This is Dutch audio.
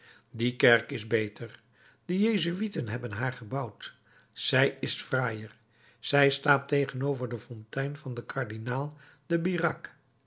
die kerk is beter de jezuïeten hebben haar gebouwd zij is fraaier zij staat tegenover de fontein van den kardinaal de